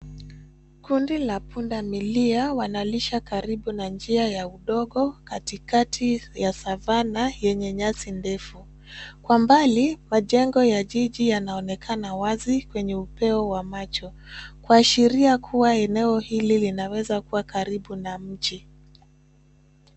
Kundi la punda milia wanalisha karibu na njia ya udongo, katikati ya savannah yenye nyasi ndefu. Kwa mbali, majengo ya jiji yanaonekana wazi kwenye upeo wa macho, kuashiria kuwa eneo hili linaweza kuwa karibu na mji.